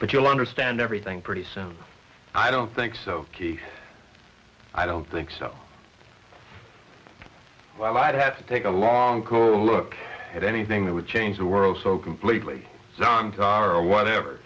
but you'll understand everything pretty soon i don't think so i don't think so i'd have to take a long cold look at anything that would change the world so completely whatever